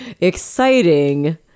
Exciting